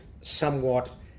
somewhat